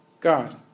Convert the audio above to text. God